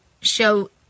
show